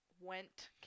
went